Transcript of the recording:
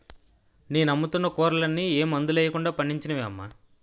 నేను అమ్ముతున్న కూరలన్నీ ఏ మందులెయ్యకుండా పండించినవే అమ్మా